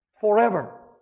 forever